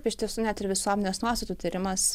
iš tiesų net ir visuomenės nuostatų tyrimas